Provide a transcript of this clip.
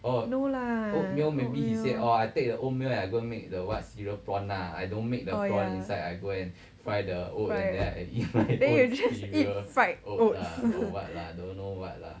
no lah oatmeal oh ya oh ya then you just eat fried oats